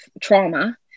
trauma